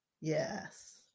Yes